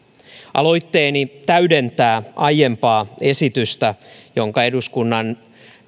aloitteeni täydentää aiempaa esitystä jonka eduskunnan